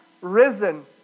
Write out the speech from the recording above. risen